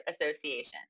Association